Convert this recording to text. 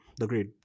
agreed